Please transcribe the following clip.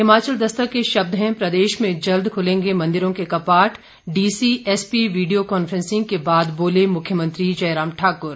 हिमाचल दस्तक के शब्द हैं प्रदेश में जल्द खुलेंगे मंदिरों के कपाट डीसी एसपी वीडियो कांफ्रेसिंग के बाद बोले मुख्यमंत्री जयराम ठाकुर